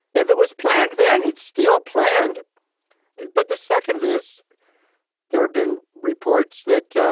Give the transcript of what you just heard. if it was planned, then it's still planned but the second is there have been reports that,